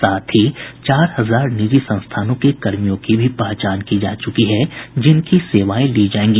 साथ ही चार हजार निजी संस्थानों के कर्मियों की भी पहचान की जा च्रकी है जिनकी सेवाएं ली जायेंगी